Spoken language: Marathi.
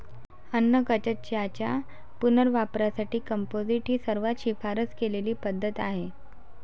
अन्नकचऱ्याच्या पुनर्वापरासाठी कंपोस्टिंग ही सर्वात शिफारस केलेली पद्धत आहे